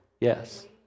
Yes